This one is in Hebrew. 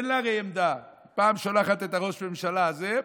אין לה הרי עמדה: פעם שולחת את הראש ממשלה הזה,